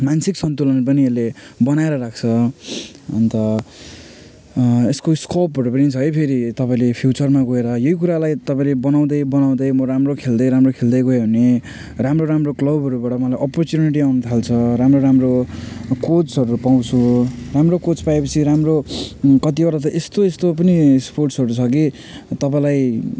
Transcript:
मानसिक सन्तुलन पनि यसले बनाएर राख्छ अन्त यसको स्कोपहरू पनि छ है फेरि तपाईँले फ्युचरमा गएर यही कुरालाई तपाईँले बनाउँदै बनाउँदै म राम्रो खेल्दै राम्रो खेल्दै गएँ भने राम्रो राम्रो क्लबहरूबाट मलाई अपरच्युनिटी आउनु थाल्छ राम्रो राम्रो कोचहरू पाउँछु राम्रो कोच पाए पछि राम्रो कतिवटा त यस्तो यस्तो पनि स्पोर्ट्सहरू छ कि तपाईँलाई